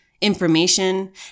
information